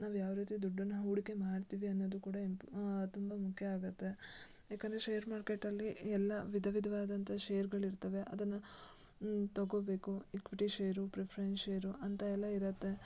ನಾವು ಯಾವ ರೀತಿ ದುಡ್ಡನ್ನು ಹೂಡಿಕೆ ಮಾಡ್ತೀವಿ ಅನ್ನೋದು ಕೂಡ ಇಂಪ್ ತುಂಬ ಮುಖ್ಯ ಆಗುತ್ತೆ ಯಾಕಂದರೆ ಶೇರ್ ಮಾರ್ಕೆಟಲ್ಲಿ ಎಲ್ಲ ವಿಧ ವಿಧವಾದಂಥ ಷೇರುಗಳು ಇರ್ತವೆ ಅದನ್ನು ತೊಗೋಬೇಕು ಇಕ್ವಿಟಿ ಶೇರು ಪ್ರಿಫರೆನ್ಸ್ ಶೇರು ಅಂತ ಎಲ್ಲ ಇರುತ್ತೆ